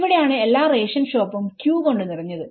ഇവിടെയാണ് എല്ലാ റേഷൻ ഷോപ്പും ക്യു കൊണ്ട് നിറഞ്ഞത്